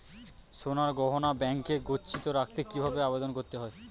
সোনার গহনা ব্যাংকে গচ্ছিত রাখতে কি ভাবে আবেদন করতে হয়?